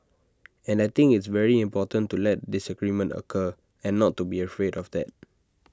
and I think it's very important to let disagreement occur and not to be afraid of that